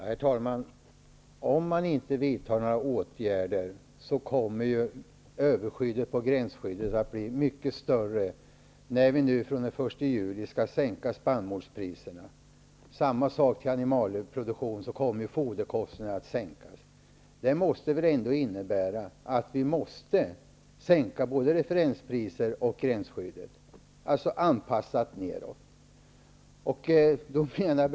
Herr talman! Om man inte vidtar några åtgärder kommer överskyddet i gränsskyddet att bli mycket större när vi nu skall sänka spannmålspriserna från den 1 juli. Samma sak gäller animalieproduktionen; foderkostnaderna kommer ju då att sänkas. Det måste väl ändå innebära att vi måste sänka både referenspriser och gränsskyddet, dvs. anpassa det nedåt.